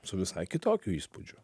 su visai kitokiu įspūdžiu